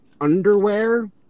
underwear